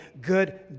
good